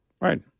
Right